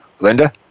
Linda